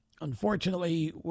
Unfortunately